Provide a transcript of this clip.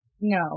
No